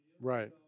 right